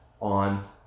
on